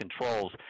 controls